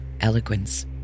eloquence